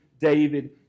David